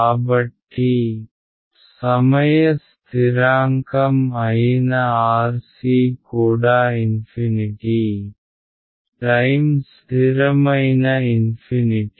కాబట్టి సమయ స్థిరాంకం అయిన RC కూడా ఇన్ఫినిటీ టైమ్ స్ధిరమైన ఇన్ఫినిటీ